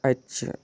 اَتہِ چہِ